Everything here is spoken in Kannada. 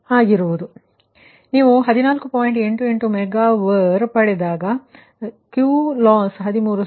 88 ಮೆಗಾ Var ಪಡೆಯುತ್ತೀರಿ